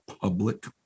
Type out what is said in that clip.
public